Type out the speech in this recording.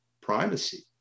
primacy